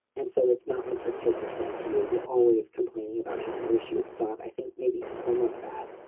and so it's not like your kids are saying to you, you're always complaining about him. and i wish you would stop. i think maybe some of that.